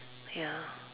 ya